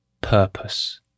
purpose